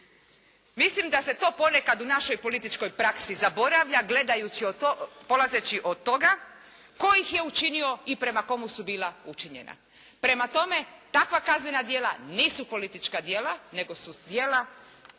Mislim da se to ponekad u našoj političkoj praksi zaboravlja gledajući o tome, polazeći od toga tko ih je učinio i prema komu su bila učinjena. Prema tome, takva kaznena djela nisu politička djela nego su djela,